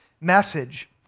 message